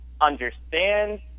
understand